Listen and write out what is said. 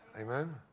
Amen